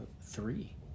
three